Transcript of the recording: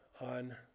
on